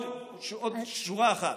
עוד שורה אחת.